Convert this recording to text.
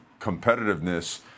competitiveness